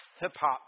hip-hop